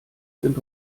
sind